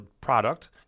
product